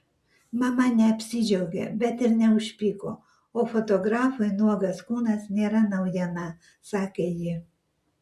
mama neapsidžiaugė bet ir neužpyko o fotografui nuogas kūnas nėra naujiena sakė ji